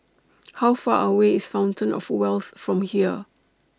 How Far away IS Fountain of Wealth from here